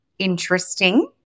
Interesting